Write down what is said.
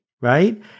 right